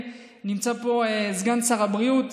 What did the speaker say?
והינה, נמצא פה סגן שר הבריאות.